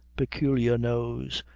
peculiar nose,